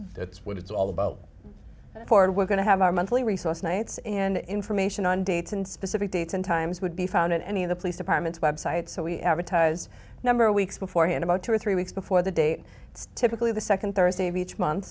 that's what it's all about for and we're going to have our monthly resource nights and information on dates and specific dates and times would be found in any of the police departments website so we advertise number weeks beforehand about two or three weeks before the date it's typically the second thursday of each month